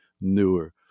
newer